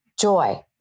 Joy